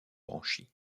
branchies